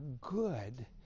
good